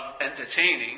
entertaining